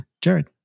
Jared